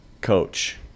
coach